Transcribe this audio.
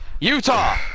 Utah